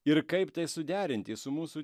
ir kaip tai suderinti su mūsų